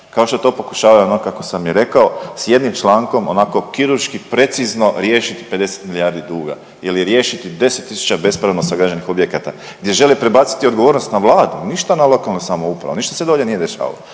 kao što to pokušavaju onako kako sam i rekao sa jednim člankom onako kirurški precizno riješiti 50 milijardi duga ili riješiti 10000 bespravno sagrađenih objekata, gdje žele prebaciti odgovornost na Vladu, ništa na lokalnu samoupravu. Ništa se dolje nije dešavalo,